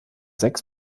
sechs